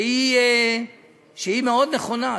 שהיא מאוד נכונה,